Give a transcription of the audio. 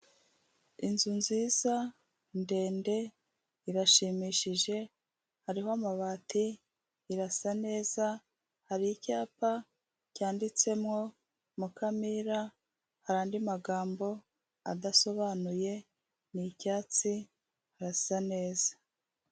Inzu nziza ndende irashimishije, hariho amabati irasa neza, hari icyapa cyanditsemo Mukamira, hari andi magambo adasobanuye, ni icyatsi arasa neza.